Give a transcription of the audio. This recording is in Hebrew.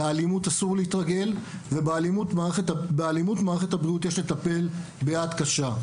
לאלימות אסור להתרגל ובאלימות מערכת הבריאות יש לטפל ביד קשה.